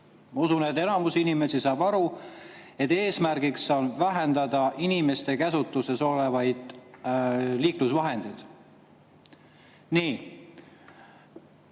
Ma usun, et enamus inimesi saab aru, et eesmärgiks on vähendada inimeste käsutuses olevaid liiklusvahendeid. Nii.